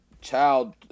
child